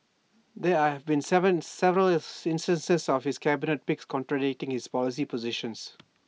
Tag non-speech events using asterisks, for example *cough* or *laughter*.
there have been *unintelligible* several instances of his cabinet picks contradicting his policy positions